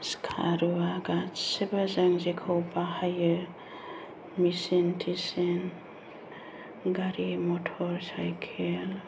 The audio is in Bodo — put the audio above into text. सिखा रुवा गासैबो जों जेखौ बाहायो मेचिन तेचिन गारि मटर साइकेल